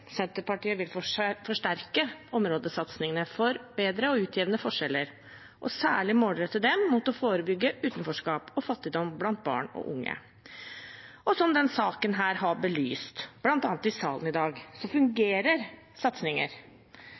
Senterpartiet vil forsterke områdesatsingene for bedre å utjevne forskjeller og særlig målrette dem mot å forebygge utenforskap og fattigdom blant barn og unge. Som denne saken her har belyst, bl.a. i salen i dag, så fungerer satsinger.